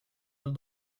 del